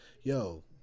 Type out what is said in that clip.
yo